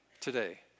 today